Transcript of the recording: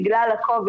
בגלל ה-covid,